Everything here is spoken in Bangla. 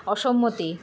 অসম্মতি